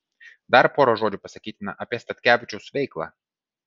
dar pora žodžių pasakytina apie statkevičiaus veiklą